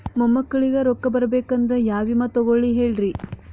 ಮೊಮ್ಮಕ್ಕಳಿಗ ರೊಕ್ಕ ಬರಬೇಕಂದ್ರ ಯಾ ವಿಮಾ ತೊಗೊಳಿ ಹೇಳ್ರಿ?